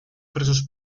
presos